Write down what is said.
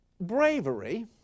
bravery